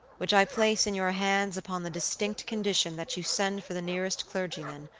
which i place in your hands upon the distinct condition that you send for the nearest clergyman,